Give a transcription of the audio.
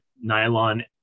nylon